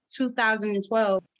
2012